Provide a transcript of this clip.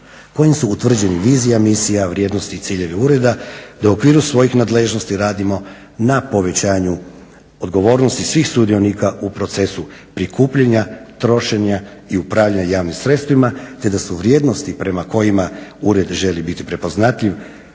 kojim su utvrđeni vizija, misija, vrijednosni ciljevi ureda, te u okviru svojih nadležnosti radimo na povećanju odgovornosti svih sudionika u procesu prikupljanja, trošenja i upravljanja javnim sredstvima. Te da su vrijednosti prema kojima ured želi biti prepoznatljiv